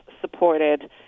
supported